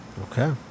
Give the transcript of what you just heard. Okay